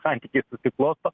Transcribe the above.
santykiai susiklosto